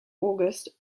august